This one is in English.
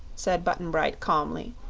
said button-bright, calmly.